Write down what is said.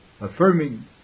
affirming